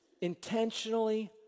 intentionally